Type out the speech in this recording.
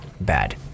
Bad